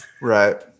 Right